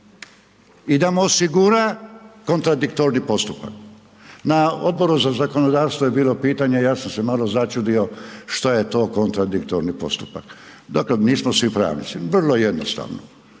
i da mu osigura kontradiktorni postupak. Na Odboru na zakonodavstvo je bilo pitanje, što je to kontradiktorni postupak. Dakle, nismo svi pravnici. Vrlo jednostavno,